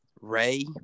Ray